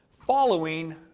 following